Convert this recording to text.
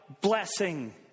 blessing